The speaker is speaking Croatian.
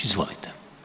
Izvolite.